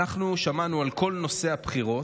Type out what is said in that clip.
אנחנו שמענו על כל נושא הבחירות